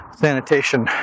sanitation